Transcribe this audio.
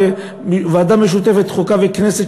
בוועדה המשותפת חוקה-כנסת,